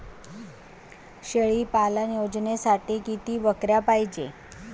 शेळी पालन योजनेसाठी किती बकऱ्या पायजे?